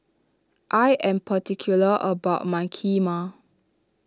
I am particular about my Kheema